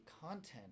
content